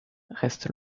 reste